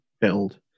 build